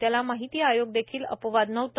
त्याला माहिती आयोग देखील अपवाद नव्हते